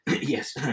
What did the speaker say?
Yes